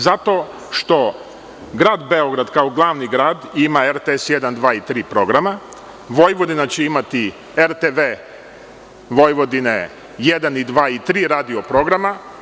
Zato što grad Beograd kao glavni grad ima RTS-1, 2 i 3 programa, Vojvodina će imati RTV-1, 2 i 3 radio-programa.